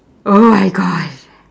oh my god